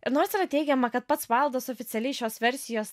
ir nors yra teigiama kad pats vaildas oficialiai šios versijos